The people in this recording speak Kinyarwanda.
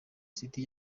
city